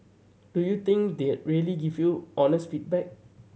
do you think they'd really give you honest feedback